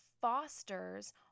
fosters